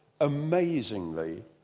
amazingly